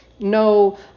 no